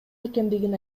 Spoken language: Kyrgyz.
экендигин